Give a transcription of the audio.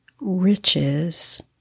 riches